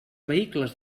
vehicles